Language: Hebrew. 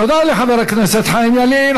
תודה לחבר הכנסת חיים ילין.